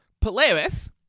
Polaris